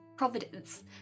providence